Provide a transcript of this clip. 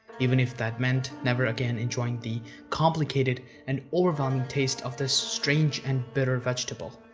even if that meant never again enjoying the complicated and overwhelming taste of this strange and bitter vegetable.